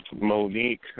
Monique